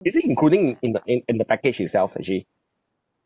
is it including in in the in in the package itself actually